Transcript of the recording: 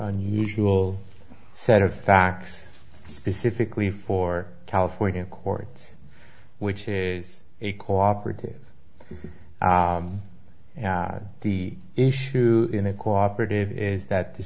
unusual set of facts specifically for california courts which is a cooperative on the issue in a cooperative is that the